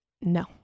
no